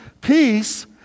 peace